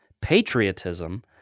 patriotism